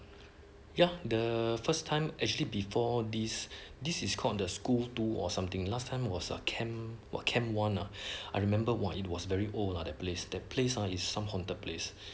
ya the first time actually before this this is called the school to or something last time was our camp what camp one lah I remember what it was very old lah that place that place is some haunted place